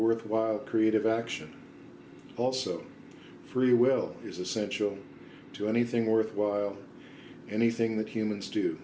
worthwhile creative action also free will is essential to anything worthwhile anything that humans do